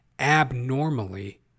abnormally